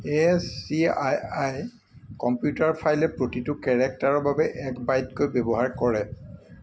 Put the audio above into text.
A S C I I computer ফাইলে প্ৰতিটো কেৰেক্টাৰৰ বাবে এক বাইটকৈ ব্যৱহাৰ কৰে